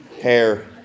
Hair